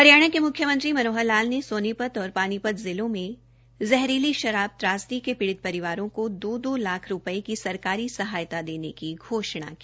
हरियाणा के मुख्यमंत्री मनोहर लाल ने सोनीपत और पानीपत जिलों में जहरीली त्रासदी के पीड़ित परिवारों को दो दो लाख रूपए की सरकारी सहायता देने की घोशणा की